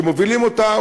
שמובילים אותה,